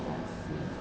I see